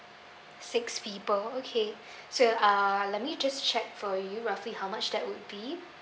six people okay so uh let me just check for you roughly how much that would be